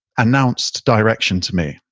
announced direction to me.